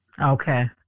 Okay